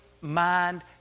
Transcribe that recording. mind